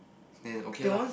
then okay lah